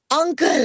Uncle